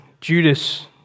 Judas